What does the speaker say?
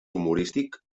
humorístic